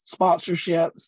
sponsorships